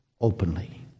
openly